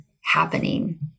happening